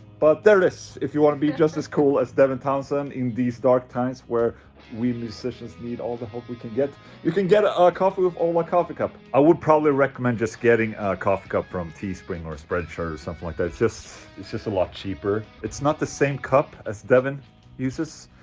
but there it is, if you want to be just as cool as devin townsend in these dark times where we musicians need all the help we can get you can get a ah coffee with ola coffee cup i would probably recommend just getting a coffee cup from teespring or spreadshirt or something like that it's just. it's just a lot cheaper it's not the same cup as devin uses,